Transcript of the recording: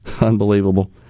unbelievable